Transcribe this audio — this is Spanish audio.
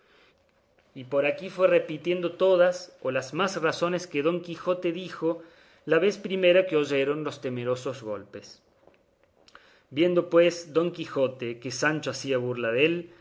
y por aquí fue repitiendo todas o las más razones que don quijote dijo la vez primera que oyeron los temerosos golpes viendo pues don quijote que sancho hacía burla dél